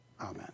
Amen